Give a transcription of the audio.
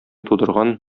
тудырган